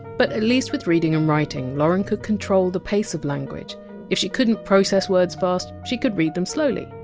but at least with reading and writing, lauren could control the pace of language if she couldn! t process words fast, she could read them slowly.